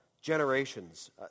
generations